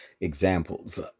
examples